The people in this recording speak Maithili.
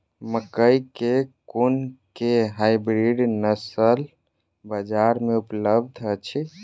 मकई केँ कुन केँ हाइब्रिड नस्ल बजार मे उपलब्ध अछि?